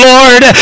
Lord